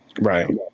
right